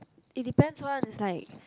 is depend one is like